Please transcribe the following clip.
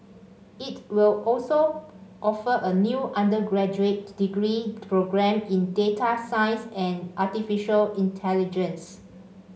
it will also offer a new undergraduate degree programme in data science and artificial intelligence